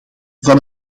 van